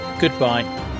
Goodbye